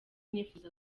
nifuza